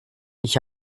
ich